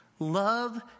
Love